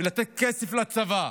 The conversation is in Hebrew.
לתת הרבה כסף לצבא,